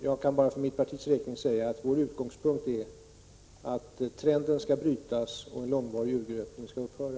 Jag kan bara för mitt partis räkning säga att vår utgångspunkt är att trenden skall brytas och att en långvarig urgröpning skall upphöra.